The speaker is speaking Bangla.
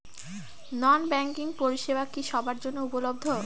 নন ব্যাংকিং পরিষেবা কি সবার জন্য উপলব্ধ?